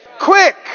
Quick